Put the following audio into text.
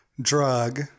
drug